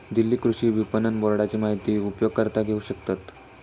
दिल्ली कृषि विपणन बोर्डाची माहिती उपयोगकर्ता घेऊ शकतत